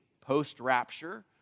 post-rapture